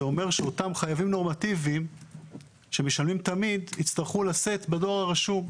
זה אומר שאותם חייבים נורמטיביים שמשלמים תמיד יצטרכו לשאת בדואר הרשום.